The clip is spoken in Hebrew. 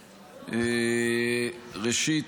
ראשית,